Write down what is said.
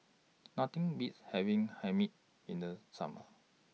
Nothing Beats having Hae Mee in The Summer